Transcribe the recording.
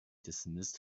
dismissed